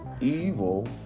evil